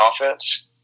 offense